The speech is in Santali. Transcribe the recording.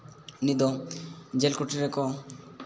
ᱩᱱᱤ ᱫᱚ ᱡᱮᱞ ᱠᱩᱴᱤ ᱨᱮᱠᱚ